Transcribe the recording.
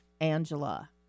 Angela